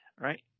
right